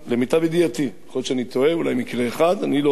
יכול להיות שאני טועה, אולי מקרה אחד, לי לא זכור.